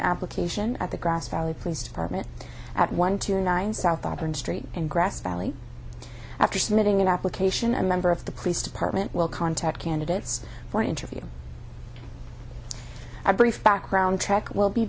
application at the grass valley police department at one two nine south auburn street and grass valley after submitting an application a member of the police department will contact candidates for an interview a brief background check will be